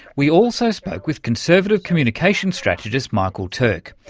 we also spoke with conservative communications strategist michael turk,